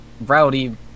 rowdy